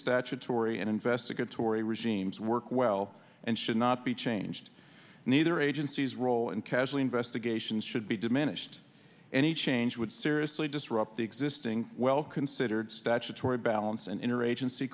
statutory and investigatory regimes work well and should not be changed neither agency's role in casually investigations should be diminished any change would seriously disrupt the existing well considered statutory balance and interagency